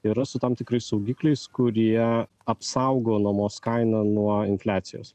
yra su tam tikrais saugikliais kurie apsaugo nuomos kainą nuo infliacijos